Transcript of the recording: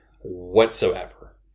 whatsoever